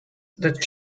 that